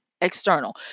external